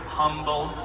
humble